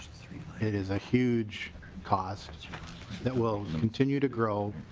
it is a huge cost that will continue to grow